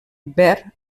verd